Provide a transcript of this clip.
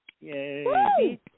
Yay